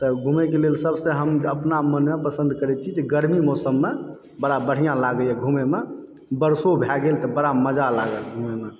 तऽ घुमय कऽ लेल सबसे हम अपना मोने पसन्द करै छी जे गरमी मौसम मे बड़ा बढ़िऑं लागैया घुमय मे बरसो भय गेल तऽ बड़ा मजा लागल